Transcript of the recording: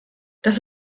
das